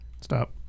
Stop